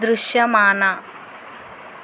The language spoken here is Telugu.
దృశ్యమాన